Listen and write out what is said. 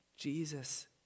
Jesus